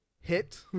hit